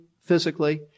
physically